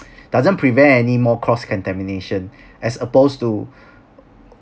doesn't prevent any more cross contamination as opposed to